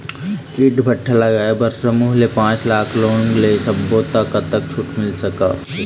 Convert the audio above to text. ईंट भट्ठा लगाए बर समूह ले पांच लाख लाख़ लोन ले सब्बो ता कतक छूट मिल सका थे?